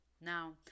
now